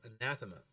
anathema